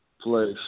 place